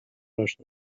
اشنا